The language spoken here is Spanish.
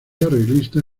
arreglista